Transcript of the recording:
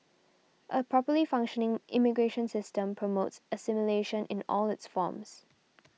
a properly functioning immigration system promotes assimilation in all its forms